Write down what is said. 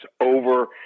over